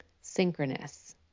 synchronous